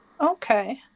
Okay